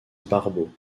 barbeau